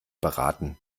beraten